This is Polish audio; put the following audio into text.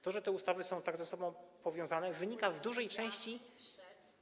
To, że te ustawy są tak ze sobą powiązane, wynika w dużej części.